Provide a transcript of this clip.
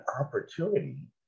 opportunity